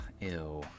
ew